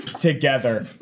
together